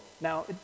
Now